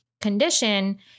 condition